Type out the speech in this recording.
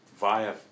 via